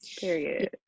period